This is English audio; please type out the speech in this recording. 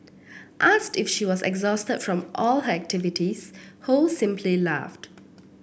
asked if she was exhausted from all her activities Ho simply laughed